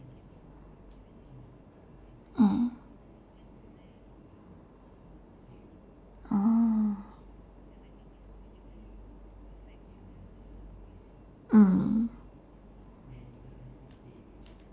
mm oh mm